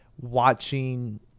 watching